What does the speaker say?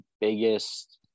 biggest